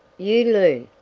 you loon,